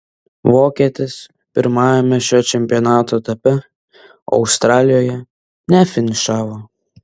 vokietis pirmajame šio čempionato etape australijoje nefinišavo